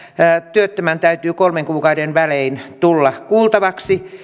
työttömän täytyy kolmen kuukauden välein tulla kuultavaksi